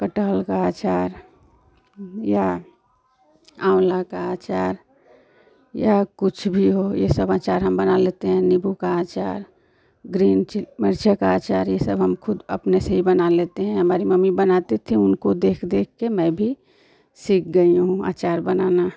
कटहल का अचार या आँवला का अचार या कुछ भी हो यह सब अचार हम बना लेते हैं नीम्बू का अचार ग्रीन चि मिरचाई का अचार यह सब हम खुद अपने से ही बना लेते हैं हमारी मम्मी बनाती थी उनको देख देखकर मैं भी सीख गई हूँ आचार बनाना